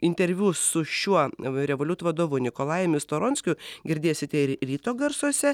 interviu su šiuo revoliut vadovu nikolajumi storonskiu girdėsite ir ryto garsuose